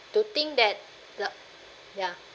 to think that the ya